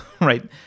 right